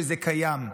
שזה קיים,